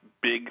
big